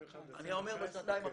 אני מדבר על השנתיים הראשונות.